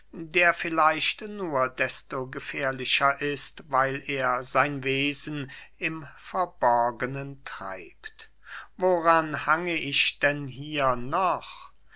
der vielleicht nur desto gefährlicher ist weil er sein wesen im verborgenen treibt woran hange ich denn hier noch